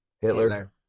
Hitler